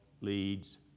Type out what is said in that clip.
leads